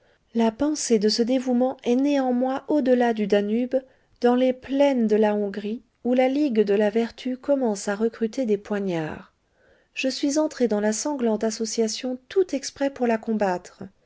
la pensée de ce dévouement est née en moi an delà du danube dans les plaines de la hongrie où la ligue de la vertu commence à recruter des poignards je suis entrée dans la sanglante association tout exprès pour la combattre